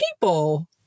people